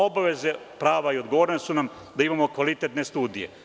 Obaveze, prava i odgovornosti su nam da imamo kvalitetne studije.